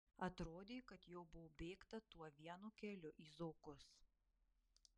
atrodė kad jo buvo bėgta tuo vienu keliu į zokus